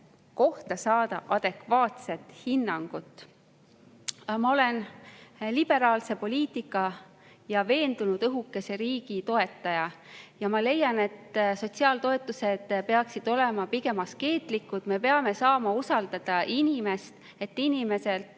kohta adekvaatset hinnangut. Ma olen liberaalse poliitika ja õhukese riigi veendunud toetaja ja ma leian, et sotsiaaltoetused peaksid olema pigem askeetlikud. Me peame saama usaldada inimest, kogudes inimeselt